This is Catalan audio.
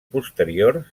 posteriors